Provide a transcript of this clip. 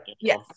Yes